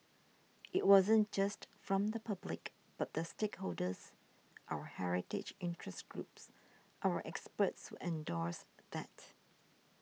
it wasn't just from the public but the stakeholders our heritage interest groups our experts endorsed that